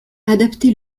adapté